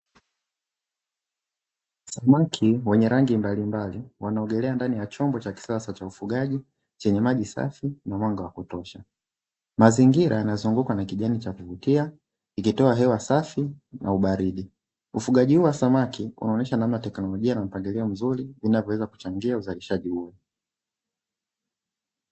Samaki wenye rangi mbalimbali, wanaogelea ndani ya chombo cha kisasa cha ufugaji chenye maji safi na mwanga wa kutosha mazingira yanazungukwa na kijani cha kuvutia yakitoa hewa safi na ubaridi, ufugaji huu wa samaki unaonyesha namna teknolojia na mpangilio mzuri unaoweza kuchangia uzalishaji huo .